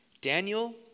Daniel